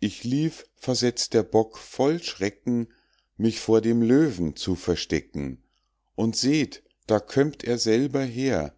ich lief versetzt der bock voll schrecken mich vor dem löwen zu verstecken und seht da kömmt er selber her